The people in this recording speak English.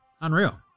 Unreal